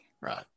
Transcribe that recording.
Right